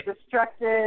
Destructive